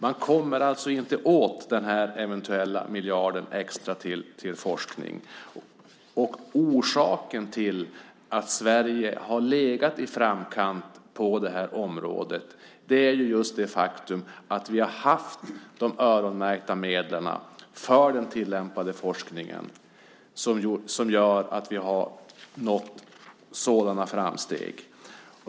Man kommer inte åt den eventuella miljarden extra till forskning. Orsaken till att Sverige har legat i framkant på området är just det faktum att vi har haft öronmärkta medel för den tillämpade forskningen. Det har gjort att vi har nått sådana framsteg.